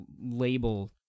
label